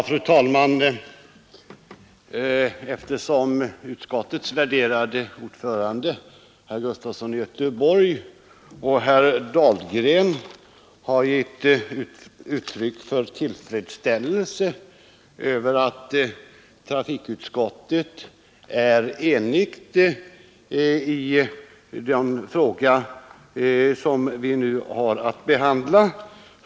Fru talman! Utskottets värderade ordförande, herr Sven Gustafson i Göteborg, och herr Dahlgren har gett uttryck för tillfredsställelse över att trafikutskottet är enigt i den fråga som vi nu behandlar.